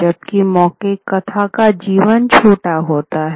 जबकि मौखिक कथा का जीवन छोटा होता है